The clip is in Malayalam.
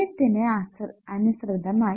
സമയത്തിന് അനുസൃതമായി